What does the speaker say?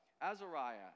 Azariah